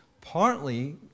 partly